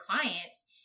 clients